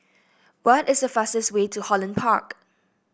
what is the fastest way to Holland Park